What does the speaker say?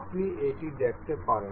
আপনি এটি দেখতে পারেন